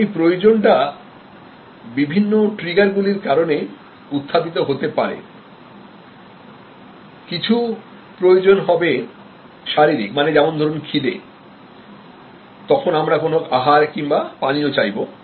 এখন এই প্রয়োজনটা বিভিন্ন কারণে উত্থাপিত হতে পারে কিছু প্রয়োজন হবে শারীরিক মানে যেমন ধরুন খিদে তখন আমরা কোন আহার কিংবা পানীয় চাইবো